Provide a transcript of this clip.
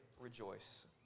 rejoice